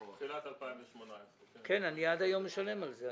תחילת 2018. כן, אני עד היום משלם על זה.